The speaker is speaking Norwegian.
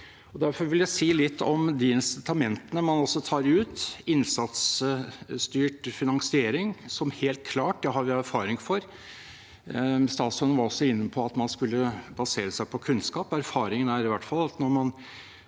Derfor vil jeg si litt om de insitamentene man altså tar ut. Innsatsstyrt finansiering har vi erfaring med. Statsråden var inne på at man skal basere seg på kunnskap. Erfaringen er i hvert fall at når man